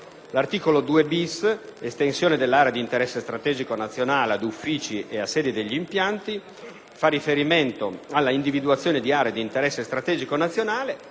L'articolo 2-*bis*, concernente l'estensione dell'area di interesse strategico nazionale ad uffici e a sede degli impianti, fa riferimento all'individuazione di aree di interesse strategico nazionale,